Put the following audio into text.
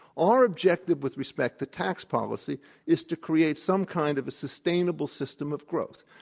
our objective with respect to tax policy is to create some kind of a sustainable system of growth.